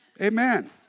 Amen